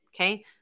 Okay